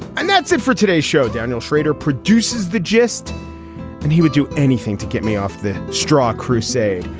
and that's it for today's show. daniel schrader produces the gist and he would do anything to get me off the straw crusade.